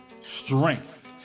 strength